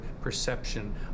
perception